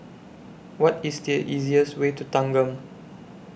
What IS The easiest Way to Thanggam